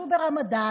שהוא ברמדאן,